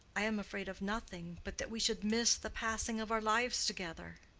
i am afraid of nothing but that we should miss the passing of our lives together.